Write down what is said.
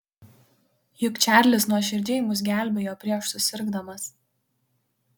juk čarlis nuoširdžiai mus gelbėjo prieš susirgdamas